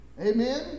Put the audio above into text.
Amen